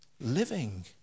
living